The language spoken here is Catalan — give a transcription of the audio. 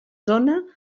zona